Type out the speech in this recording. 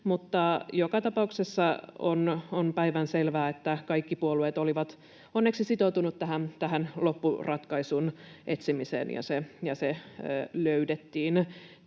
joka tapauksessa on päivänselvää, että kaikki puolueet olivat onneksi sitoutuneet loppuratkaisun etsimiseen, ja se löydettiin.